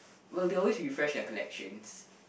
well they always refresh their collections